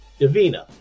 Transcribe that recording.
Davina